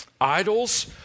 Idols